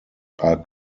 are